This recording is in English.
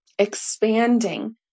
expanding